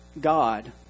God